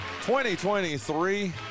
2023